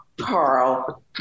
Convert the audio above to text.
Carl